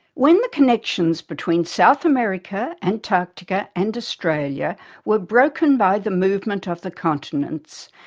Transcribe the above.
when the connections between south america, antarctica and australia were broken by the movement of the continents,